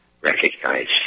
recognize